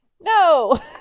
No